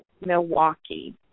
Milwaukee